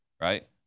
right